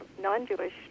non-Jewish